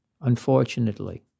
unfortunately